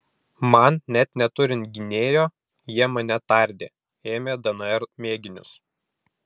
man net neturint gynėjo jie mane tardė ėmė dnr mėginius